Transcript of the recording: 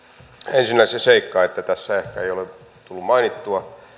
ensinnä se seikka mitä tässä ehkä ei ole tullut mainittua